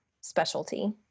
specialty